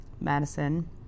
Madison